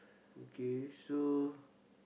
okay so